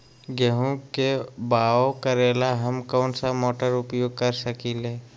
गेंहू के बाओ करेला हम कौन सा मोटर उपयोग कर सकींले?